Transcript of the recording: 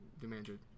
demanded